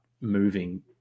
moving